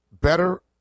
better